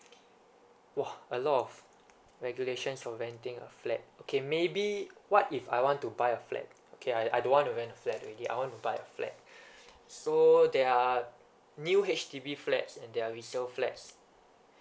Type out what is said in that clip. !wah! a lot of regulations for renting a flat okay maybe what if I want to buy a flat okay I I don't want rent the flat already I want to buy a flat so there are new H_D_B flats and there are resale flats